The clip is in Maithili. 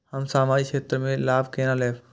हम सामाजिक क्षेत्र के लाभ केना लैब?